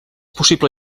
possible